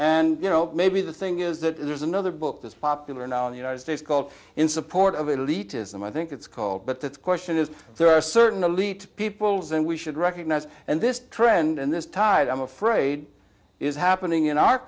and you know maybe the thing is that there's another book that's popular now in the united states called in support of elitism i think it's called but the question is there are certain elite peoples and we should recognize and this trend and this tide i'm afraid is happening in our